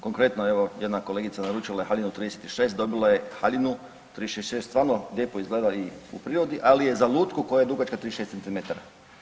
Konkretno evo jedna kolegica naručila je haljinu 36, dobila je haljinu 36, stvarno lijepo izgleda i u prirodi, ali je za lutku koja je dugačka 36 centimetara.